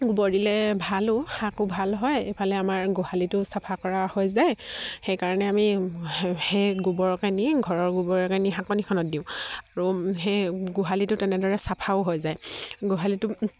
গোবৰ দিলে ভালো শাকো ভাল হয় এইফালে আমাৰ গোহালিটোও চাফা কৰা হৈ যায় সেইকাৰণে আমি সেই সেই গোবৰকে নি ঘৰৰ গোবৰৰ কাৰণে নি শাকনিখনত দিওঁ আৰু সেই গোহালিটো তেনেদৰে চাফাও হৈ যায় গোহালিটো